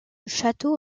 château